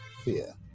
Fear